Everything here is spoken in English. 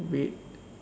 wait